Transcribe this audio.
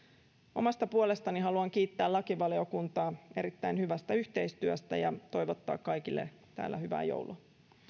omasta puolestani haluan kiittää lakivaliokuntaa erittäin hyvästä yhteistyöstä ja toivottaa kaikille täällä hyvää joulua